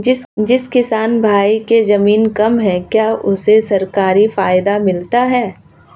जिस किसान भाई के ज़मीन कम है क्या उसे सरकारी फायदा मिलता है?